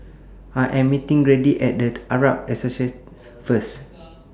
I Am meeting Grady At The Arab Association First